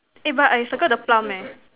eh but I circle the plum eh